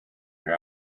your